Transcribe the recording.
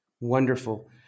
Wonderful